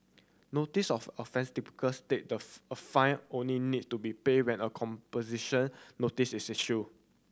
notice of offence typical state that a fine only need to be paid when a composition notice is issue